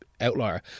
outlier